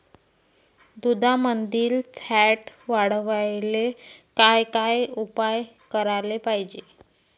दुधामंदील फॅट वाढवायले काय काय उपाय करायले पाहिजे?